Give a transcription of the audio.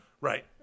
Right